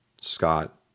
Scott